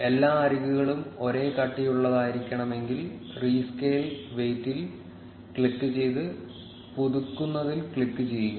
എല്ലാ അരികുകളും ഒരേ കട്ടിയുള്ളതായിരിക്കണമെങ്കിൽ റീസ്കെയിൽ വെയ്റ്റിൽ ക്ലിക്കുചെയ്ത് പുതുക്കുന്നതിൽ ക്ലിക്കുചെയ്യുക